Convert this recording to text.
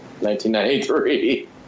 1993